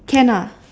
can ah